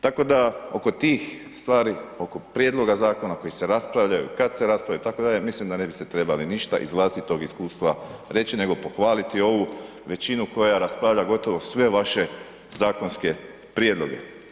Tako da oko tih stvari, oko prijedloga zakona koje se raspravljaju i kad se raspravljaju itd., mislim da ne biste trebali ništa iz vlastitog iskustva reći nego pohvaliti ovu većinu koja raspravlja gotovo sve vaše zakonske prijedloge.